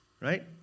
Right